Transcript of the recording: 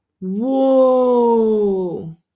whoa